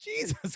Jesus